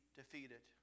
defeated